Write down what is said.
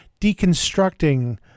deconstructing